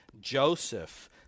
Joseph